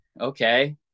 okay